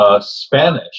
Spanish